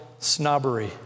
Snobbery